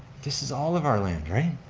this is all of our land, right?